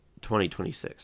2026